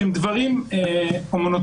שהם דברים הומניטריים,